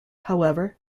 however